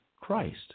Christ